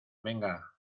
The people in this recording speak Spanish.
venga